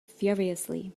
furiously